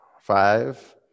five